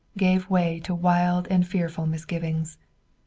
gave way to wild and fearful misgivings.